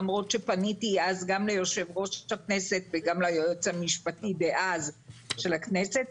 למרות שפניתי אז גם ליושב ראש הכנסת וגם ליועץ המשפטי דאז של הכנסת,